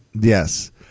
Yes